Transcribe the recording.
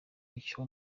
icyo